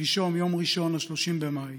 שלשום, יום ראשון, 31 במאי,